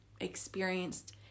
experienced